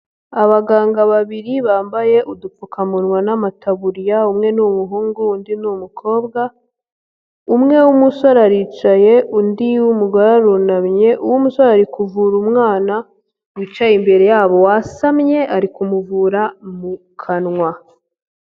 Abaganga babiri bambaye udupfukamunwa n'amataburiya umwe n'umuhungu undi ni umukobwa, umwe w'umusore aricaye undi w'umugore arunamye, uw'umusore ari kuvura umwana, wicaye imbere yabo wasamye ari kumuvura mu kanwa.